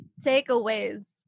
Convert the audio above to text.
Takeaways